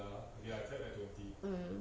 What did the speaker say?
[ng]